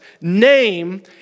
name